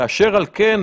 אשר על כן,